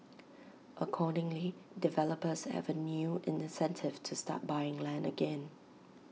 accordingly developers have A new incentive to start buying land again